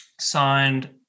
signed